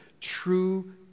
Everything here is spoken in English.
true